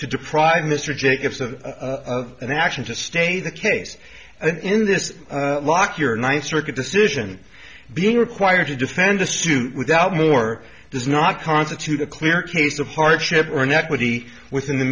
to deprive mr jacobs of an action to stay the case and in this lockyer ninth circuit decision being required to defend a suit without more does not constitute a clear case of hardship or inequity within the